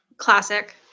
classic